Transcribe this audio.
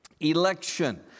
Election